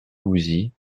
gouzis